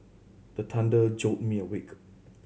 the thunder jolt me awake